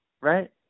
Right